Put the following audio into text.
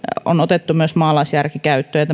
on otettu myös maalaisjärki käyttöön ja